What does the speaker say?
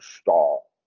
stall